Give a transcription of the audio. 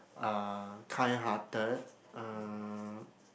uh kind hearted uh